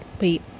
Wait